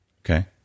Okay